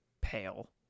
pale